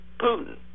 Putin